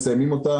מסיימים אותה,